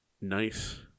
nice